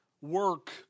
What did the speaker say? work